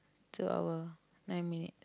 to our nine minutes